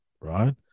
right